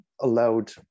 allowed